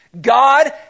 God